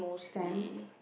stamps